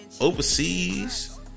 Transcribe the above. overseas